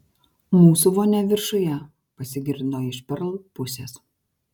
mūsų vonia viršuje pasigirdo iš perl pusės